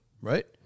right